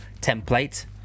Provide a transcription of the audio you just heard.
template